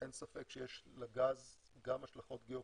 אין ספק שיש לגז גם השלכות גיאופוליטיות,